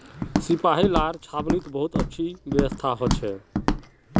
सिपाहि लार छावनीत बहुत अच्छी व्यवस्था हो छे